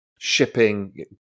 shipping